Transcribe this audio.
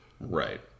Right